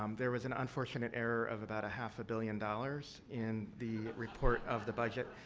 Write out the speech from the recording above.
um there was an unfortunate error of about a half a billion dollars in the report of the budget.